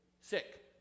sick